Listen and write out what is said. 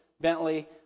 Bentley